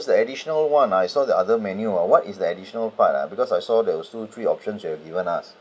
the additional [one] I saw the other menu uh what is the additional part uh because I saw there's two three options here given us